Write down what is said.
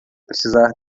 precisar